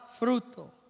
fruto